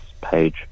page